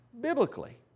biblically